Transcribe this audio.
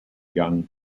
young